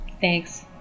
thanks